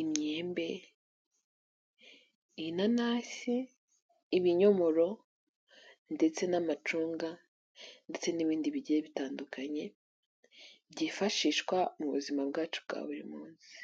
imyembe, inanasi, ibinyomoro ndetse n'amacunga ndetse n'ibindi bigiye bitandukanye byifashishwa mu buzima bwacu bwa buri munsi.